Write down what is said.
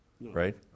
right